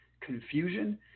confusion